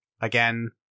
again